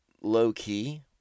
low-key